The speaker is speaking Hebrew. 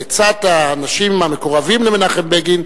בעצת האנשים המקורבים למנחם בגין,